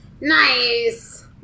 Nice